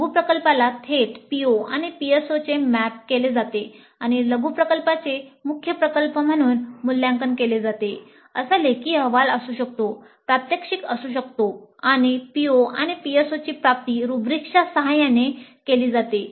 लघु प्रकल्पाला थेट PO आणि PSO ने मॅप केले जाते आणि लघु प्रकल्पाचे मुख्य प्रकल्प म्हणून मूल्यांकन केले जाते असा लेखी अहवाल असू शकतो प्रात्यक्षिक असू शकतो आणि PO आणि PSOची प्राप्ती रुब्रिक्सच्या सहाय्याने केली जाते